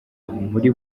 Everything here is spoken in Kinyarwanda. muri